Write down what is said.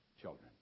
children